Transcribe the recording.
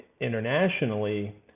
internationally